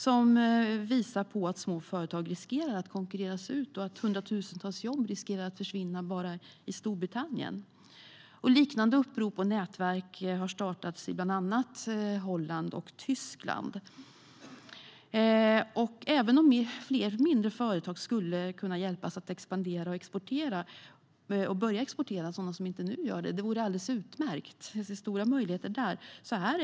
De visar på att små företag riskerar att konkurreras ut och att hundratusentals jobb riskerar att försvinna bara i Storbritannien. Liknande upprop och nätverk har startats i bland annat Holland och Tyskland. Det vore alldeles utmärkt om fler mindre företag skulle kunna få hjälp att expandera och exportera. Det finns stora möjligheter där.